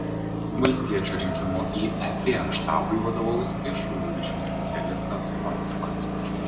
valstiečių rinkimų į ep štabui vadovaus viešųjų ryšių specialistas kontrimas